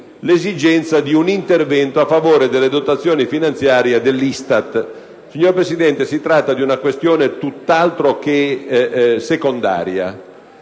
l'esigenza di un intervento a favore delle dotazioni finanziarie dell'ISTAT. Signor Presidente, si tratta di una questione tutt'altro che secondaria.